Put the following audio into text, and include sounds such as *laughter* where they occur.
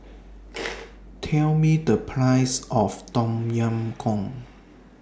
*noise* Tell Me The Price of Tom Yam Goong